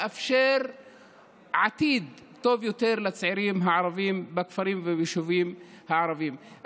לאפשר עתיד טוב יותר לצעירים הערבים בכפרים וביישובים הערביים.